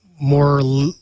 more